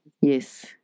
Yes